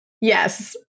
Yes